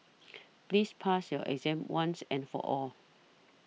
please pass your exam once and for all